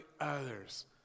others